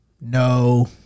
no